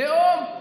לאום,